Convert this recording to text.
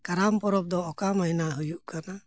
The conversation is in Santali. ᱠᱟᱨᱟᱢ ᱯᱚᱨᱚᱵᱽ ᱫᱚ ᱚᱠᱟ ᱢᱟᱹᱦᱱᱟᱹ ᱦᱩᱭᱩᱜ ᱠᱟᱱᱟ